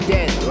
Dead